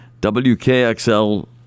WKXL